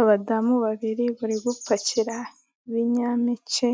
Abadamu babiri bari gupakira ibinyampeke,